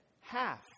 half